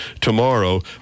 tomorrow